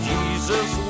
Jesus